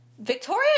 Victoria